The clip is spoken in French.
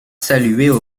saluaient